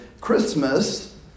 Christmas